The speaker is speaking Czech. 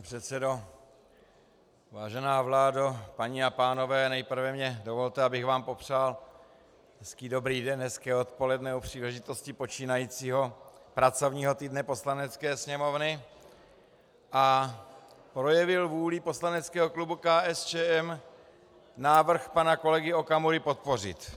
Pane předsedo, vážená vládo, paní a pánové, nejprve mně dovolte, abych vám popřál hezký dobrý den, hezké odpoledne, u příležitosti počínajícího pracovního týdne Poslanecké sněmovny, a projevil vůli poslaneckého klubu KSČM návrh pana kolegy Okamury podpořit.